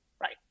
right